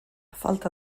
falta